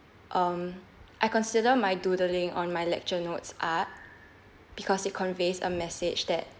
um I consider my doodling on my lecture notes art because it conveys a message that